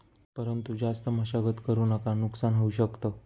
परंतु जास्त मशागत करु नका नुकसान होऊ शकत